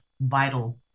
vital